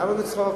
למה בצחוק?